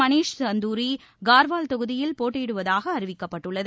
மணிஷ் கந்துரி கார்வால் தொகுதியில் போட்டியிடுவதாகஅறிவிக்கப்பட்டுள்ளது